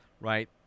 right